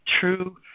true